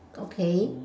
okay